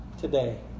today